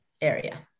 area